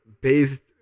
based